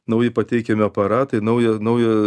nauji pateikiami aparatai nauja nauja